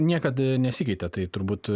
niekad nesikeitė tai turbūt